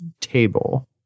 table